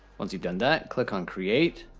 once you've done that, click on create.